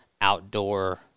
outdoor